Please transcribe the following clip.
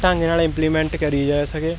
ਢੰਗ ਨਾਲ ਇੰਪਲੀਮੈਂਟ ਕਰੀ ਜਾ ਸਕੇ